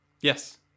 Yes